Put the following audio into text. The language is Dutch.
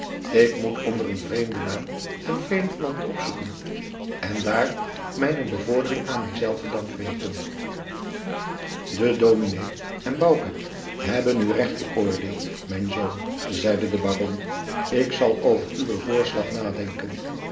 ik moet onder een vreemden naam een vreemd land opzoeken en dààr mijne bevordering aan mijzelven dank weten de dominé en bouke hebben u recht bëoordeeld mijn zoon zeide de baron ik zal over uwen voorslag nadenken